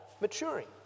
maturing